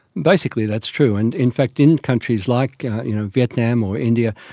basically that's true, and in fact in countries like you know vietnam or india,